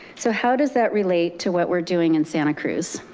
so how does that relate to what we're doing in santa cruz?